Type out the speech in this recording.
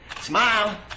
smile